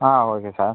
ah okay sir